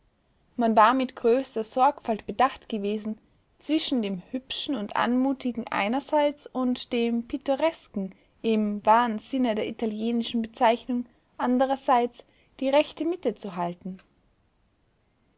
man war mit größter sorgfalt bedacht gewesen zwischen dem hübschen und anmutigen einerseits und dem pittoresken im wahren sinne der italienischen bezeichnung andrerseits die rechte mitte zu halten